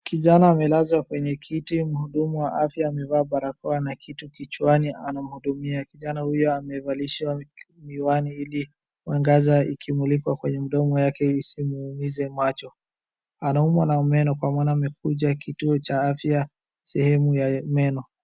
Kijana amelazwa kwenye kiti, mhudumu wa afya amevaa barakoa na kitu kichwani anamhudumia, kijana huyo amevalishwa miwani ili mwangaza ikimulikwa kwenye mdomo yake isimuumize macho, anaumwa na meno komaana amekuja kituo cha afya sehemu ya meno.